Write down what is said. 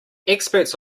experts